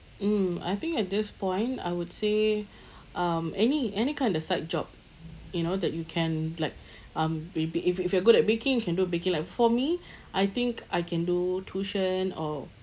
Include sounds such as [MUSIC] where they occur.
mm I think at this point I would say [BREATH] um any any kind of side job you know that you can like [BREATH] um maybe if if you are good at baking can do baking like for me [BREATH] I think I can do tuition or